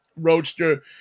Roadster